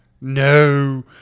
No